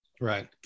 Right